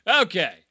okay